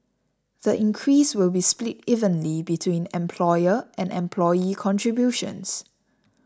the increase will be split evenly between employer and employee contributions